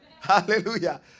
Hallelujah